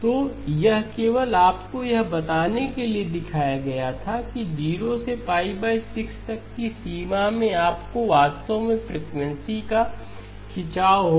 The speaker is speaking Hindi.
तो यह केवल आपको यह बताने के लिए दिखाया गया था कि 0 से 6 तक की सीमा में आपको वास्तव में फ्रीक्वेंसी का खिंचाव होगा